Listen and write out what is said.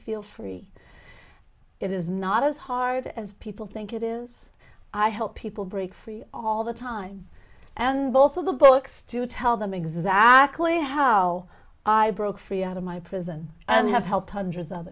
feel free it is not as hard as people think it is i help people break free all the time and both of the books to tell them exactly how i broke free out of my prison and have helped hundreds of